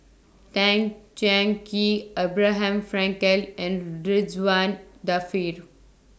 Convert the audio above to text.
Tan Cheng Kee Abraham Frankel and Ridzwan Dzafir